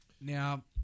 Now